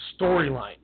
storyline